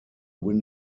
win